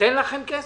נותן לכם כסף?